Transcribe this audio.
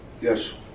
Yes